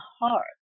heart